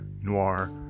noir